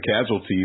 casualty